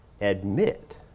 admit